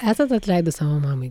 esat atleidę savo mamai